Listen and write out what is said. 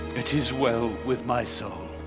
it is well with my soul.